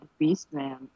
Beastman